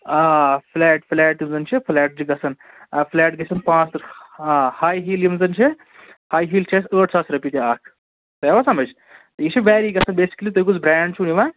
آ آ flat flat یُس زَن چھُ فُلیٹ چھُ گژھان فُلیٹ گژھان پانٛژٕ ترٕٛہ آ ہاے ہیٖل یِم زَن چھِ ہاے ہیٖل چھِ اَسہِ أٹھ ساس رۅپیہِ تہِ اکھ تۅہہِ آوا سَمِج یہِ چھُ ویٚری گژھان بیٚسٕکَلی تُہۍ کُس برٛینٛڈ چھِو نِیُن